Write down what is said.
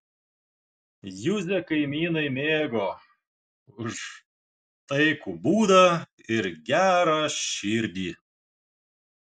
juzę kaimynai mėgo už taikų būdą ir gerą širdį